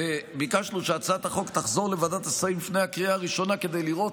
ביקשנו שהצעת החוק תחזור לוועדת השרים לפני הקריאה הראשונה כדי לראות